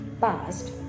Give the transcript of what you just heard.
past